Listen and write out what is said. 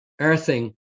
earthing